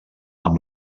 amb